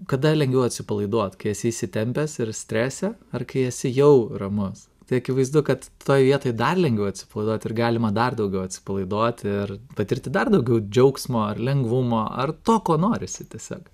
kada lengviau atsipalaiduot kai esi įsitempęs ir strese ar kai esi jau ramus tai akivaizdu kad toj vietoj dar lengviau atsipalaiduot ir galima dar daugiau atsipalaiduot ir patirti dar daugiau džiaugsmo ar lengvumo ar to ko norisi tiesiog